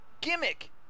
gimmick